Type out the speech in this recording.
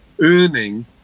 earning